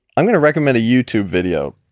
i'm going to recommend a youtube video.